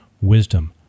wisdom